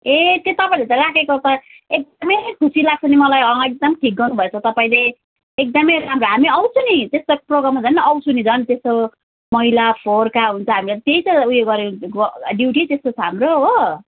ए त्यो तपाईँहरूले त राखेको त एकदमै खुसी लाग्छ नि मलाई अँ एकदम ठिक गर्नु भएछ तपाईँले एकदमै अब हामी आउँछु नि त्यसरी प्रोग्राम झन् आउँछु नि झन् त्यस्तो मैला फोरका हुन्छ हामीले त्यही त उयो गरेको ड्युटी त्यस्तो छ हाम्रो हो